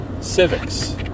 Civics